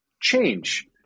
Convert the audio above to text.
change